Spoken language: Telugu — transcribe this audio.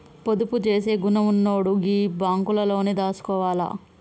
పొదుపు జేసే గుణమున్నోడు గీ బాంకులల్లనే దాసుకోవాల